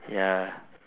ya